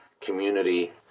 community